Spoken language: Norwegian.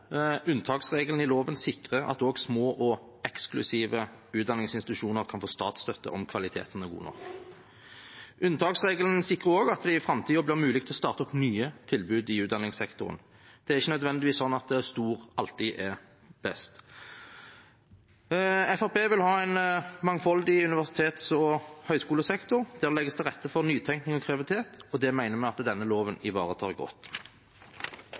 Unntaksregelen i loven sikrer at også små og eksklusive utdanningsinstitusjoner kan få statsstøtte, om kvaliteten er god nok. Unntaksregelen sikrer også at det i framtiden blir mulig å starte opp nye tilbud i utdanningssektoren. Det er ikke nødvendigvis sånn at stor alltid er best. Fremskrittspartiet vil ha en mangfoldig universitets- og høyskolesektor der det legges til rette for nytenkning og kreativitet, og det mener vi at denne loven ivaretar godt.